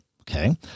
Okay